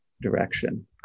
direction